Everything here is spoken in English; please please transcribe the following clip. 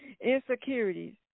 Insecurities